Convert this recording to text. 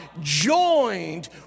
joined